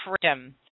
freedom